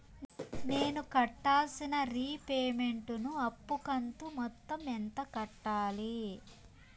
నేను కట్టాల్సిన రీపేమెంట్ ను అప్పు కంతు మొత్తం ఎంత కట్టాలి?